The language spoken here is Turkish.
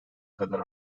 kadar